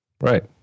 Right